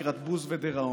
לקראת בוז ודיראון,